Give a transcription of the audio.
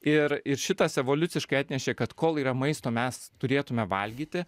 ir ir šitas evoliuciškai atnešė kad kol yra maisto mes turėtume valgyti